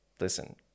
listen